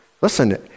Listen